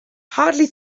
hardly